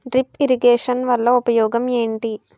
drip irrigation వలన ఉపయోగం ఏంటి